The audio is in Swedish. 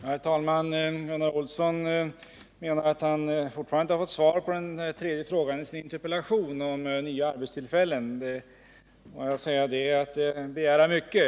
Herr talman! Gunnar Olsson menar att han fortfarande inte fått svar på den tredje frågan i sin interpellation, den om nya arbetstillfällen. Då tycker jag han begär mycket.